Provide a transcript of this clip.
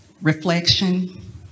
reflection